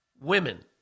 women